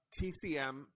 TCM